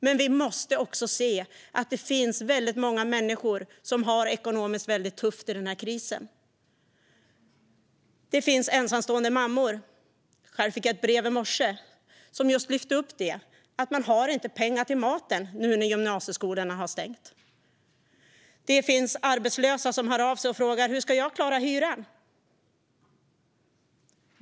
Men vi måste också se att det finns väldigt många människor som har det mycket tufft ekonomiskt i denna kris. Det finns ensamstående mammor, och jag fick ett brev i morse där det lyftes fram att de inte har pengar till mat nu när gymnasieskolorna har stängt. Det finns arbetslösa som hör av sig och frågar hur de ska klara hyran.